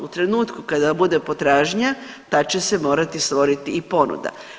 U trenutku kada bude potražnja, tad će se morati stvoriti i ponuda.